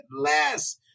less